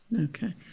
Okay